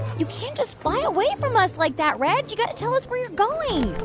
you can't just fly away from us like that, reg. you got to tell us where you're going